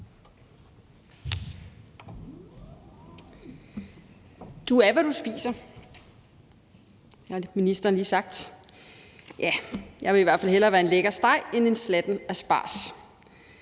Du er, hvad du spiser, har ministeren lige sagt. Ja, jeg vil i hvert fald hellere være en lækker steg end en slatten asparges.